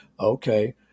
Okay